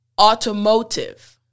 automotive